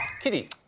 Kitty